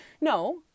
no